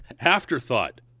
afterthought